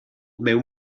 mewn